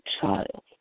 child